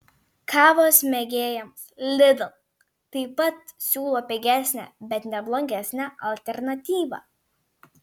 kavos mėgėjams lidl taip pat siūlo pigesnę bet ne blogesnę alternatyvą